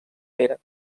pere